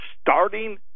Starting